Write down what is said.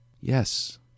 Yes